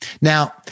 Now